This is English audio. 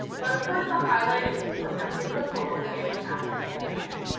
but of course the highlight of this program is the colloquium in asset management,